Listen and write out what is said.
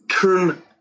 turn